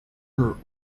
her